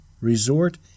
resort